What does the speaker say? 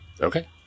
Okay